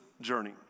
journey